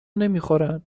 نمیخورن